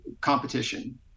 competition